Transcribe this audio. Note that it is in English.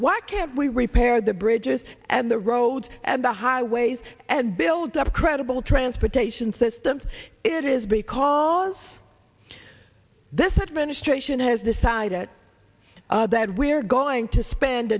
why can't we repair the bridges and the roads and the highways and build up a credible transportation system it is because this administration has decided that we're going to spend